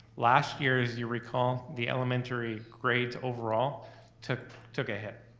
last year, as you recall, the elementary grades overall took took a hit.